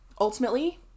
Ultimately